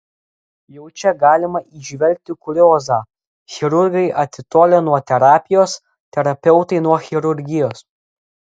jau čia galima įžvelgti kuriozą chirurgai atitolę nuo terapijos terapeutai nuo chirurgijos